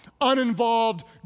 uninvolved